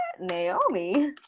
Naomi